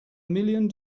million